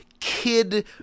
kid